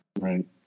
Right